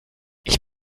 ich